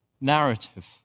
narrative